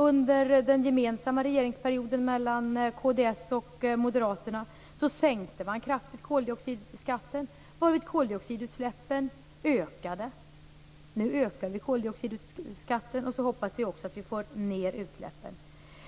Under kd:s och Moderaternas gemensamma regeringsperiod sänkte man koldioxidskatten kraftigt, varvid koldioxidutsläppen ökade. Nu ökar vi koldioxidskatten och hoppas att vi får ned utsläppen.